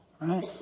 Right